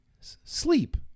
Sleep